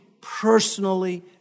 personally